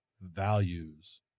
values